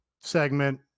segment